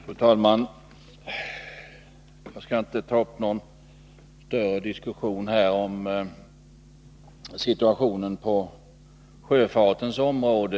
Fru talman! Jag skall inte ta upp någon större diskussion om situationen på sjöfartens område.